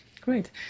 Great